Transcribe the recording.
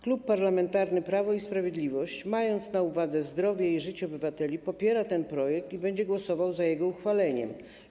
Klub Parlamentarny Prawo i Sprawiedliwość, mając na uwadze zdrowie i życie obywateli, popiera ten projekt i będzie głosował za jego uchwaleniem.